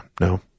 no